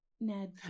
Ned